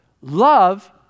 Love